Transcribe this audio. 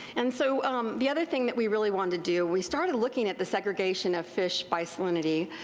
and so the other thing that we really wanted to do, we started looking at the segregation of fish by salinity.